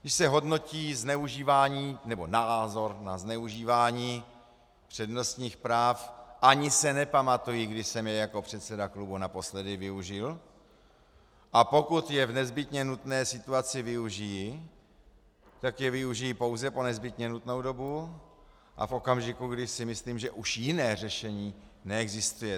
Když se hodnotí zneužívání nebo názor na zneužívání přednostních práv, ani se nepamatuji, kdy jsem jej jako předseda klubu naposledy využil, a pokud je v nezbytně nutné situaci využiji, tak je využiji pouze po nezbytně nutnou dobu a v okamžiku, kdy si myslím, že už jiné řešení neexistuje.